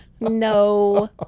No